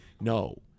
no